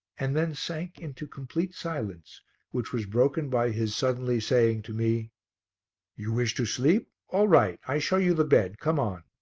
and then sank into complete silence which was broken by his suddenly saying to me you wish to sleep? all right. i show you the bed. come on.